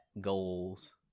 goals